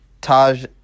Taj